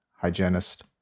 hygienist